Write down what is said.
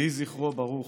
יהי זכרו ברוך.